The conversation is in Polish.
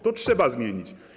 To trzeba zmienić.